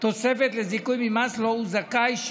תוספת לזיכוי ממס שהוא זכאי לו,